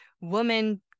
woman